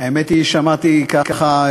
האמת היא, שמעתי, ככה,